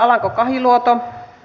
arvoisa puhemies